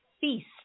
Feast